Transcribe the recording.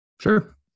Sure